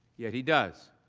yet he does.